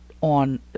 on